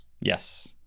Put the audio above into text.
Yes